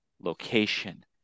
location